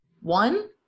one